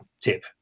tip